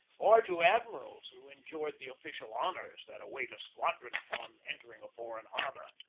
or to admirals who enjoyed the official honors that await a squadron upon entering a foreign harbor.